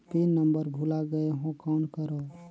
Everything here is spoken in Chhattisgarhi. पिन नंबर भुला गयें हो कौन करव?